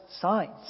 Signs